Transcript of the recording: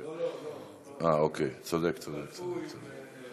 צודק, צודק, צודק.